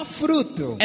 fruto